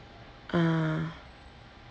ah